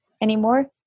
anymore